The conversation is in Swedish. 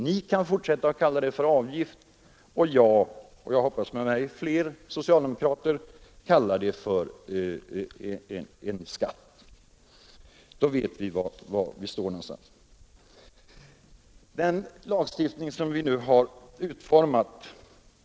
Ni kan fortsätta att kalla det för avgift och jag, och jag hoppas flera socialdemokrater, kallar det för en skatt. Då vet vi var vi står någonstans.